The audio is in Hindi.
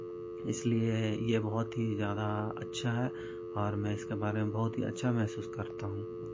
इसलिए ये बहुत ही ज़्यादा अच्छा है और मैं इसके बारे में बहुत ही अच्छा महसूस करता हूँ